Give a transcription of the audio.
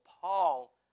Paul